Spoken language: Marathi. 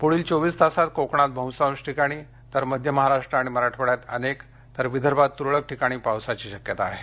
पुढील चोवीस तासात कोकणात बहुतांश ठिकाणी तर मध्य महाराष्ट्र आणि मराठवाड्यात अनेक तर विदर्भात तुरळक ठिकाणी पावसाची शक्यता आहे